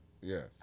yes